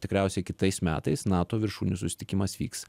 tikriausiai kitais metais nato viršūnių susitikimas vyks